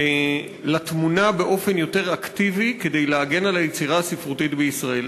לתמונה באופן יותר אקטיבי כדי להגן על היצירה הספרותית בישראל.